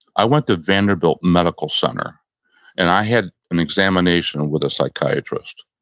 i went to vanderbilt medical center and i had an examination with a psychiatrist.